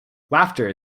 laughter